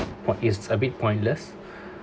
for it's a bit pointless